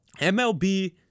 MLB